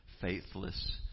faithless